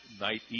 night